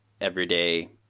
everyday